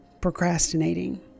procrastinating